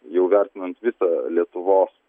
jau vertinant visą lietuvos